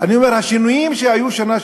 אני אומר: השינויים שהיו בשנה שעברה,